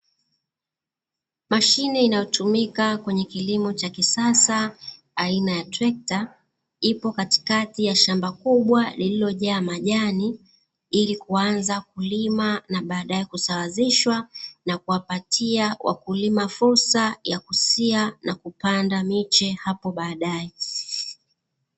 Mashine inayotumika kwenye kilimo cha kisasa aina ya trekta ipo katikati ya shamba kubwa, lililojaa majani ili kuanza kulima na baadae kusawazishwa na kuwapatia wakulima fursa ya kusia na kupanda miche hapo baadae.